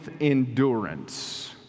endurance